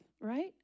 right